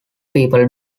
people